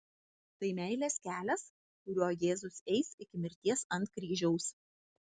tai meilės kelias kuriuo jėzus eis iki mirties ant kryžiaus